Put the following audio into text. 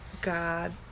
God